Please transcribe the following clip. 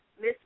Miss